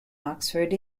oxford